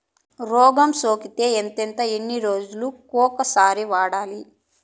రోగం సోకితే ఎంతెంత ఎన్ని రోజులు కొక సారి వాడాలి?